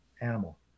animal